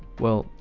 well,